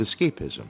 escapism